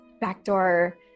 backdoor